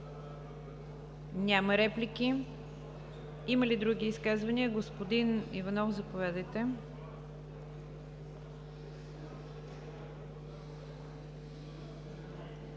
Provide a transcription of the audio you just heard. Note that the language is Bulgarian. Няма. Има ли други изказвания? Господин Иванов, заповядайте.